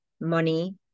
money